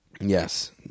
Yes